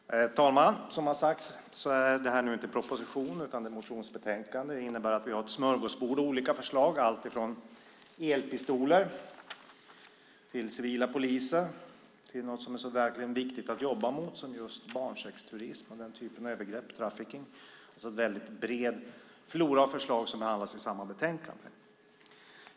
Herr talman! Som det har sagts är detta inte ett propositionsbetänkande utan ett motionsbetänkande. Det innebär att vi har ett smörgåsbord av olika förslag, alltifrån elpistoler och civila poliser till något som är så viktigt att jobba mot som barnsexturism och den typen av övergrepp och trafficking. Det är alltså en väldigt bred flora av förslag som behandlas i samma betänkande.